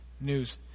news